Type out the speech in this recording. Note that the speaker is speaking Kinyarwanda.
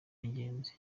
n’ingenzi